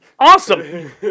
awesome